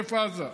עוטף עזה,